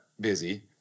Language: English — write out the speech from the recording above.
busy